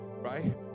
Right